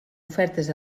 ofertes